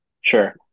Sure